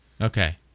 Okay